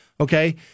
Okay